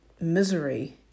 misery